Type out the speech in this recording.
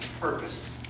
purpose